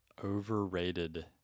Overrated